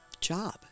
job